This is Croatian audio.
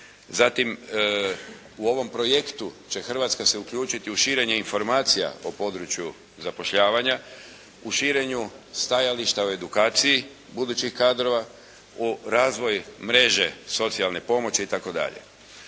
zatim u ovom projektu će Hrvatska se uključiti u širenje informacija o području zapošljavanja, o širenju stajališta o edukaciji budućih kadrova, u razvoj mreže socijalne pomoći itd.